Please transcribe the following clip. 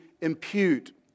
impute